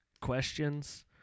questions